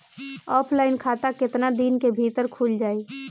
Offline खाता केतना दिन के भीतर खुल जाई?